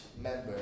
member